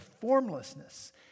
formlessness